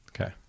Okay